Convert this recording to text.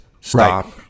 Stop